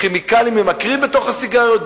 כימיקלים ממכרים לסיגריות,